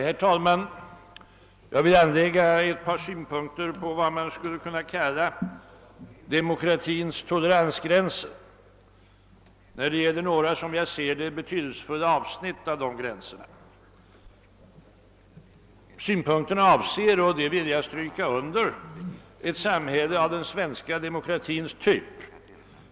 Herr talman! Jag vill anlägga ett par synpunkter på vad man skulle kunna kalla demokratins toleransgränser. Synpunkterna avser, och det vill jag stryka under, ett samhälle av den svenska demokratins typ.